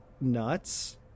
nuts